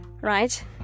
right